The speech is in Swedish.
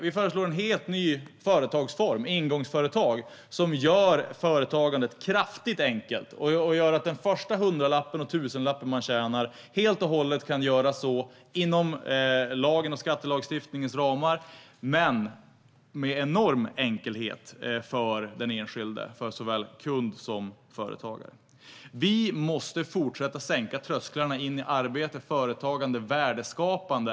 Vi föreslår en helt ny företagsform - ingångsföretag - som gör företagandet kraftigt förenklat. Det gör att den första hundralapp och tusenlapp man tjänar helt och hållet kan förtjänas inom skattelagstiftningens och annan lagstiftnings ramar men med en enorm enkelhet för den enskilde, såväl kund som företagare. Vi måste fortsätta att sänka trösklarna in till arbete, företagande och värdeskapande.